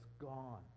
gone